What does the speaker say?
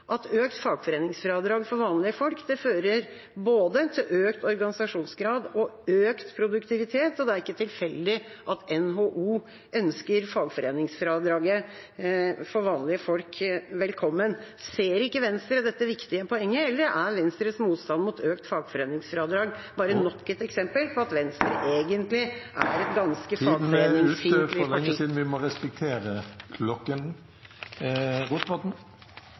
at økt fagforeningsfradrag for vanlige folk fører til både økt organisasjonsgrad og økt produktivitet. Det er ikke tilfeldig at NHO ønsker fagforeningsfradraget for vanlige folk velkommen. Ser ikke Venstre dette viktige poenget? Eller er Venstres motstand mot økt fagforeningsfradrag bare nok et eksempel på at Venstre egentlig er et ganske fagforeningsfiendtlig parti? Tiden er ute for lenge siden. Vi må respektere klokken.